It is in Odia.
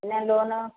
ଏଇନା ଲୋନ୍